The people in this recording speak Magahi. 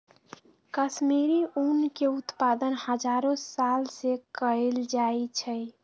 कश्मीरी ऊन के उत्पादन हजारो साल से कएल जाइ छइ